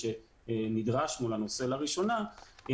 שנדרשנו לנושא לראשונה,